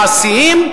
מעשיים,